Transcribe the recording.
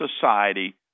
society